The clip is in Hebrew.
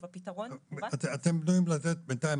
בינתיים,